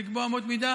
צריך לקבוע אמות מידה